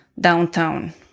downtown